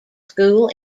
school